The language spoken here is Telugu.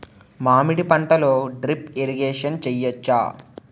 మామిడి పంటలో డ్రిప్ ఇరిగేషన్ చేయచ్చా?